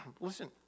Listen